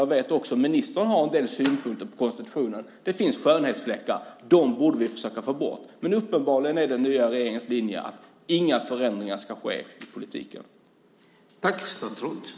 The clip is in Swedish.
Jag vet att ministern också har en del synpunkter på konstitutionen. Det finns skönhetsfläckar. Dem borde vi försöka få bort. Men uppenbarligen är den nya regeringens linje att inga förändringar ska ske i politiken.